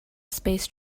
space